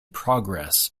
progress